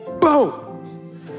Boom